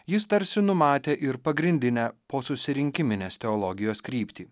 jis tarsi numatė ir pagrindinę posusirinkiminės teologijos kryptį